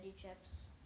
chips